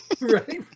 Right